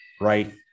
right